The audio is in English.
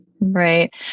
Right